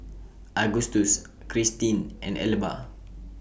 Agustus Krystin and Elba